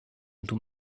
into